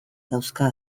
dauzka